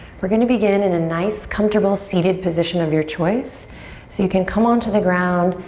we're gonna begin in a nice, comfortable seated position of your choice. so you can come onto the ground,